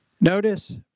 Notice